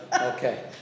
Okay